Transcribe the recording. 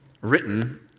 written